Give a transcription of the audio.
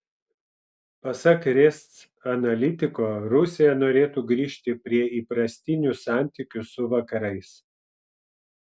pasak resc analitiko rusija norėtų grįžti prie įprastinių santykių su vakarais